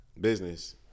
Business